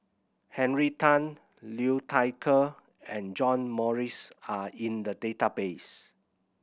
Henry Tan Liu Thai Ker and John Morrice are in the database